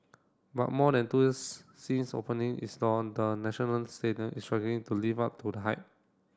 but more than two years since opening its door the National Stadium is struggling to live up to the hype